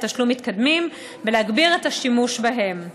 תשלום מתקדמים ולהגביר את השימוש בהם.